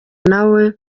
nawe